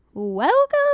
Welcome